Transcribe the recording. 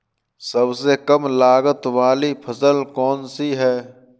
सबसे कम लागत वाली फसल कौन सी है?